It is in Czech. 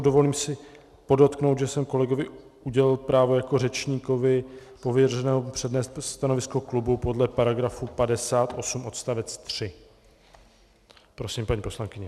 Dovolím si podotknout, že jsem kolegovi udělil právo jako řečníkovi pověřenému přednést stanovisko klubu podle § 58 odst. 3. Prosím, paní poslankyně.